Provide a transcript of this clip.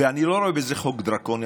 ואני לא רואה בזה חוק דרקוני,